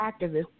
activist